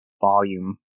volume